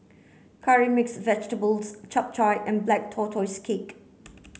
curry mixed vegetables Chap Chai and black tortoise cake